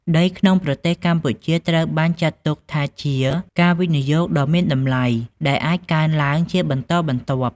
ដីក្នុងប្រទេសកម្ពុជាត្រូវបានចាត់ទុកថាជាការវិនិយោគដ៏មានតម្លៃ ដែលអាចកើនឡើងជាបន្តបន្ទាប់។